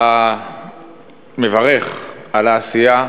מברך על העשייה,